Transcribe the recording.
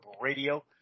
Radio